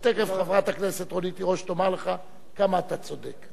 תיכף חברת הכנסת רונית תירוש תאמר לך כמה אתה צודק.